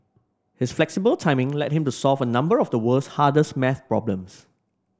his flexible timing led him to solve a number of the world's hardest maths problems